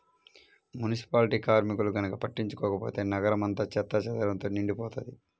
municipality కార్మికులు గనక పట్టించుకోకపోతే నగరం అంతా చెత్తాచెదారంతో నిండిపోతది